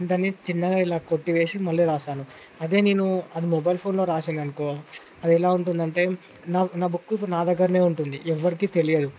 దాన్ని చిన్నగా ఇలా కొట్టివేసి మళ్లీ రాస్తాను అదే నేను అది మొబైల్ ఫోన్లో రాశాను అనుకో అదెలా ఉంటుందంటే నా బుక్కు నా దగ్గరే ఉంటుంది ఎవరికి తెలియదు